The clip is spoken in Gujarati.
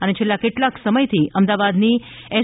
અને છેલ્લાં કેટલાંક સમયથી અમદાવાદની એસ